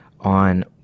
on